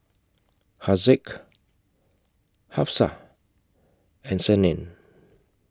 Haziq Hafsa and Senin